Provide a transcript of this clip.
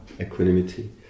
equanimity